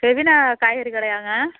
Regina காய்கறி கடையாங்க